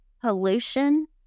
pollution